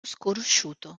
sconosciuto